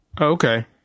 Okay